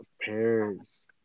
parents